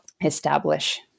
establish